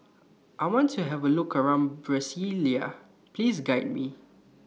I want to Have A Look around Brasilia Please Guide Me